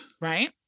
right